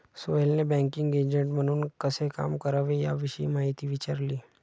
सोहेलने banking agent म्हणून कसे काम करावे याविषयी माहिती विचारली